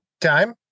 time